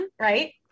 right